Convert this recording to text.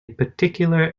particular